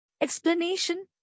Explanation